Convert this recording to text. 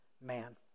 man